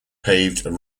paved